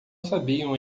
sabiam